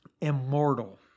immortal